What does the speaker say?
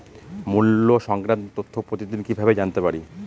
মুল্য সংক্রান্ত তথ্য প্রতিদিন কিভাবে জানতে পারি?